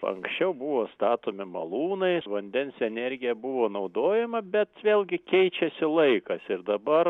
anksčiau buvo statomi malūnai vandens energija buvo naudojama bet vėlgi keičiasi laikas ir dabar